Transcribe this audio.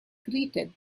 greeted